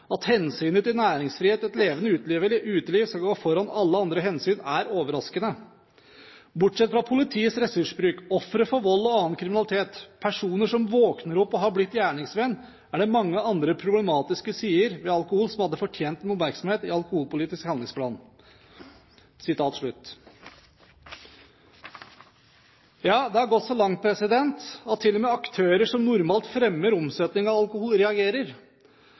At hensynet til næringsfrihet og et «levende uteliv» skal gå foran alle andre hensyn er overraskende. Bortsett fra politiets ressursbruk, ofre for vold og annen kriminalitet, personer som «våkner opp» og har blitt gjerningsmenn, er det mange andre problematiske sider ved alkohol som hadde fortjent oppmerksomhet i en «alkoholpolitisk handlingsplan»». Ja, det har gått så langt at til og med aktører som normalt fremmer omsetning av alkohol, reagerer.